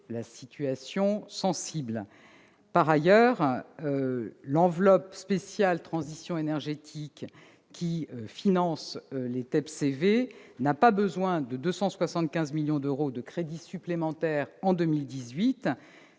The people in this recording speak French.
la situation sensible. Par ailleurs, l'enveloppe spéciale « transition énergétique », qui finance les TEPCV, n'a pas besoin de 275 millions d'euros de crédits supplémentaires en 2018,